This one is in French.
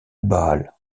bâle